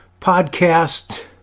podcast